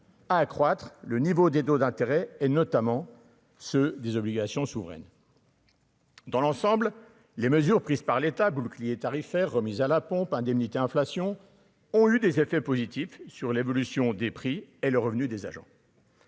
à accroître le niveau des taux d'intérêt, et notamment ceux des obligations souveraines dans l'ensemble, les mesures prises par l'État, bouclier tarifaire remise à la pompe indemnité inflation ont eu des effets positifs sur l'évolution des prix et le revenu des agents.